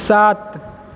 सात